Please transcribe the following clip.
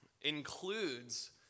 includes